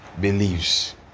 believes